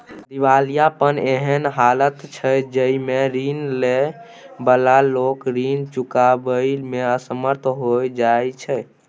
दिवालियापन एहन हालत छइ जइमे रीन लइ बला लोक रीन चुकाबइ में असमर्थ हो जाइ छै